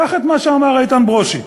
קח את מה שאמר איתן ברושי: